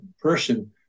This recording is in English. person